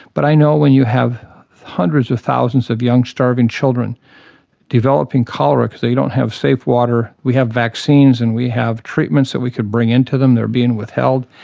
but i know when you have hundreds of thousands of young starving children developing cholera because they don't have safe water, we have vaccines and we have treatments that we could bring in to them, they are being withheld,